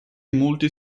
multi